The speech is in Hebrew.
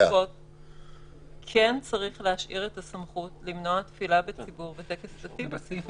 כן צריך להשאיר את הסמכות למנוע תפילה בציבור וטקס דתי בציבור.